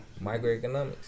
Microeconomics